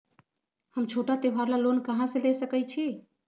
हम छोटा त्योहार ला लोन कहां से ले सकई छी?